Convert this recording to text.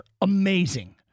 Amazing